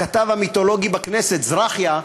הכתב המיתולוגי בכנסת זרחיה,